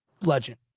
legend